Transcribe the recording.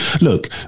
look